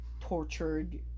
tortured